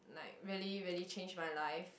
like really really changed my life